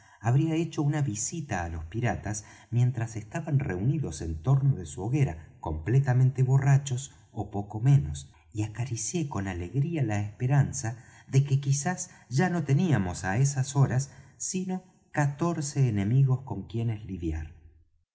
habría hecho una visita á los piratas mientras estaban reunidos en torno de su hoguera completamente borrachos ó poco menos y acaricié con alegría la esperanza de que quizás ya no teníamos á esas horas sino catorce enemigos con quienes lidiar